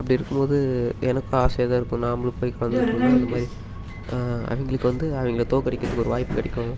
அப்படி இருக்கும்போது எனக்கும் ஆசையாக தான் இருக்கும் நாமளும் போய் கலந்துகிட்டோம்னால் அந்த மாதிரி அவங்களுக்கு வந்து அவங்கள தோற்கடிக்கிறதுக்கு ஒரு வாய்ப்பு கிடைக்கும்